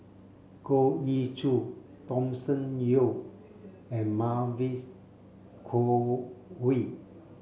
Goh Ee Choo Thomas Yeo and Mavis Khoo Oei